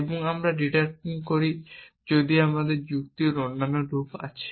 এবং আমরা ডিডাকশন করি যদিও যুক্তির অন্যান্য রূপ আছে